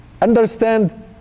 Understand